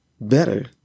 better